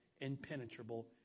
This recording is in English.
impenetrable